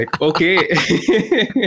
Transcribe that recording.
Okay